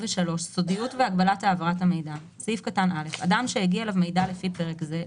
"סודיות והגבלת העברת המידע 43. (א)אדם שהגיע אליו מידע לפי פרק זה,